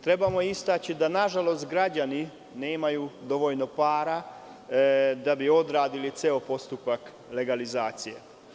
Trebamo istaći da, nažalost, građani nemaju dovoljno para da bi odradili ceo postupak legalizacije.